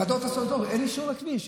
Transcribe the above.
ועדות, אין אישור לכביש.